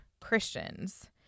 Christians